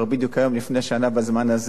בדיוק היום לפני שנה בזמן הזה.